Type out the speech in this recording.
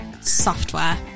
software